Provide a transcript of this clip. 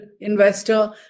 investor